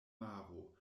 maro